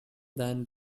than